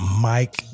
Mike